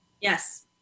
Yes